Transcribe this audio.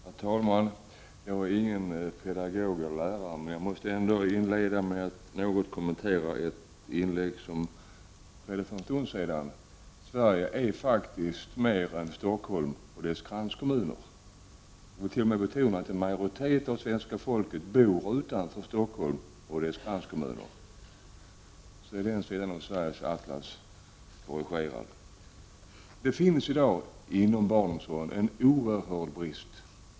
Herr talman! Jag är varken pedagog eller lärare, men jag måste ändå inleda med att något kommentera ett inlägg i den här debatten för en stund sedan. Sverige är faktiskt mer än Stockholm och dess kranskommuner. Jag vill t.o.m. betona att en majoritet av svenska folket bor utanför Stockholm och dess kranskommuner — därmed torde Sveriges atlas i detta avseende vara korrigerad. Det finns i dag inom barnomsorgen en mycket stor brist.